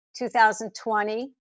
2020